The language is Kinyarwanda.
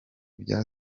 bya